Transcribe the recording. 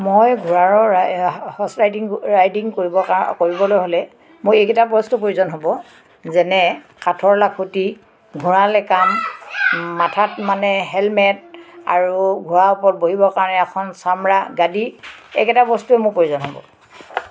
মই ঘোঁৰাৰ horse riding riding কৰিবৰ কাৰণ কৰিবলৈ হ'লে মোক এইকেইটা বস্তু প্ৰয়োজন হ'ব যেনে কাঠৰ লাখুটি ঘোঁৰা লেকাম মাথাত মানে হেলমেট আৰু ঘোঁৰা ওপৰত বহিবৰ কাৰণে এখন চাম্ৰা গাদী এইকেইটা বস্তুৱে মোৰ প্ৰয়োজন হ'ব